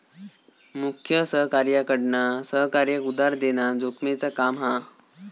मुख्य सहकार्याकडना सहकार्याक उधार देना जोखमेचा काम हा